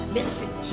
Missing